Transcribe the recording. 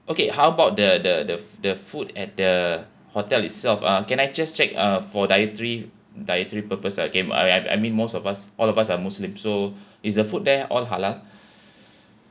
okay how about the the the fo~ the food at the hotel itself uh can I just check uh for dietary dietary purpose again I I I mean most of us all of us are muslim so is the food there all halal